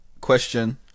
question